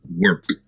work